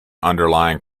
underlying